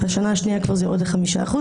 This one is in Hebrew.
בשנה השנייה זה כבר יורד ל-5%.